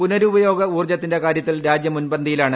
പുനരുപയോഗ ഊർജ്ജത്തിന്റെ കാര്യത്തിൽ രാജ്യം മുൻപന്തിയിലാണ്